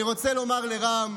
אני רוצה לומר לרם,